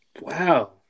Wow